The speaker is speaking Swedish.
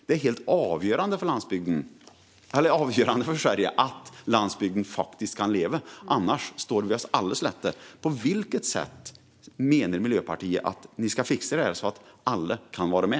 Det är helt avgörande för Sverige att landsbygden kan leva, annars står vi oss alla slätt. På vilket sätt menar Miljöpartiet att ni ska fixa detta så att alla kan vara med?